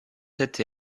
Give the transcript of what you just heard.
été